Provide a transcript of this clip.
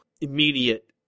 immediate